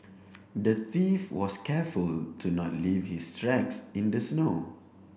the thief was careful to not leave his tracks in the snow